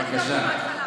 איבדת אותי בהתחלה.